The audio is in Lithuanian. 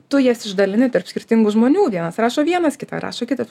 tu jas išdalini tarp skirtingų žmonių vienas rašo vienas kitą rašo kitas